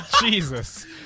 Jesus